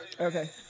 Okay